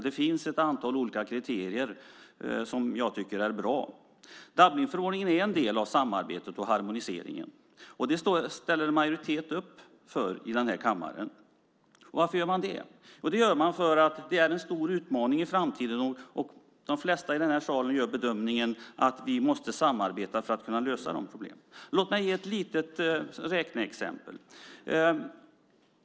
Det finns ett antal olika kriterier som jag tycker är bra. Dublinförordningen är en del av samarbetet och harmoniseringen. Det ställer en majoritet i den här kammaren upp för. Varför gör man det? Jo, för att det är en stor utmaning i framtiden och för att de flesta i den här salen gör bedömningen att vi måste samarbeta för att kunna lösa de problemen. Låt mig ge ett litet räkneexempel.